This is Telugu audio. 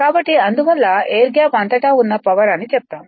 కాబట్టి అందువల్ల ఎయిర్ గ్యాప్ అంతటా ఉన్న పవర్ అని చెప్తాము